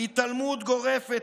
התעלמות גורפת,